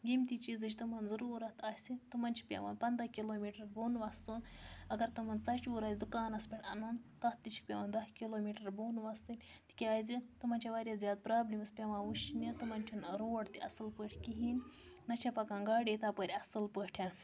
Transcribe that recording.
ییٚمہِ تہِ چیٖزٕچ تِمَن ضروٗرت آسہِ تِمَن چھِ پٮ۪وان پَننٛداہ کِلو میٖٹر بۄن وَسُن اَگر تِمَن ژچِوور آسہِ دُکانَس پٮ۪ٹھ اَنُن تَتھ تہِ چھِ پٮ۪وان دَہ کِلوٗ میٖٹر بۄن وَسٕنۍ تِکیازِ تِمَن چھےٚ واریاہ زیادٕ پرابلِمٕز پٮ۪وان وٕچھنہِ تِمَن چھُنہٕ روڈ تہِ اَصٕل پٲٹھۍ کِہیٖنۍ نہ چھےٚ پَکان گاڑے تَپٲرۍ اَصٕل پٲٹھۍ